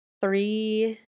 three